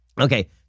Okay